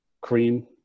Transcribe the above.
cream